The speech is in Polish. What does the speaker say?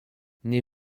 nie